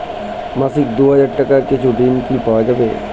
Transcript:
মাসিক দুই হাজার টাকার কিছু ঋণ কি পাওয়া যাবে?